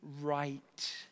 right